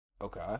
Okay